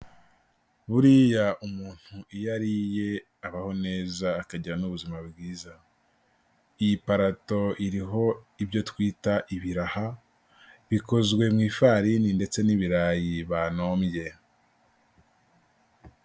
Buriya umuntu iyo ariye abaho neza, akagira n'ubuzima bwiza. Iyi parato iriho ibyo twita ibiraha, bikozwe mu ifarini ndetse n'ibirayi banombye.